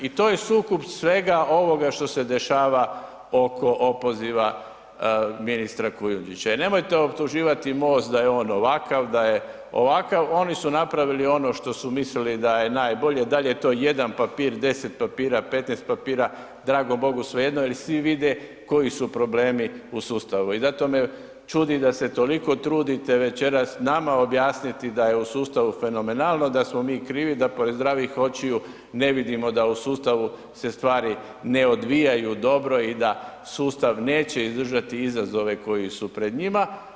I to je sukus svega ovoga što se dešava oko opoziva ministra Kujundžića, jer nemojte optuživati MOST da je on ovakav, da je ovakav, oni su napravili ono što su mislili da je najbolje, da li je to jedan papir, deset papira, petnaest papira, dragom bogu svejedno jer svi vide koji su problemi u sustavu i zato me čudi da se toliko trudite večeras nama objasniti da je u sustavu fenomenalno, da smo mi krivi, da pored zdravih očiju ne vidimo da u sustavu se stvari ne odvijaju dobro i da sustav neće izdržati izazove koji su pred njima.